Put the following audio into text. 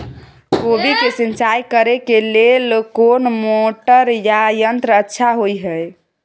कोबी के सिंचाई करे के लेल कोन मोटर या यंत्र अच्छा होय है?